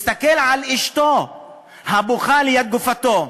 מסתכל על אשתו הבוכה ליד גופתו,